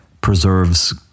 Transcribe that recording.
preserves